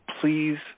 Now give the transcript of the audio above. please